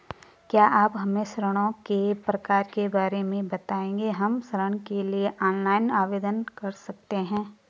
क्या आप हमें ऋणों के प्रकार के बारे में बताएँगे हम ऋण के लिए ऑनलाइन आवेदन कर सकते हैं?